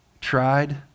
Tried